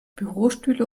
bürostühle